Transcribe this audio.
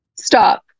Stop